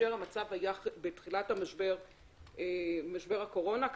בתחילת משבר הקורונה,